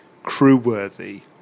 crew-worthy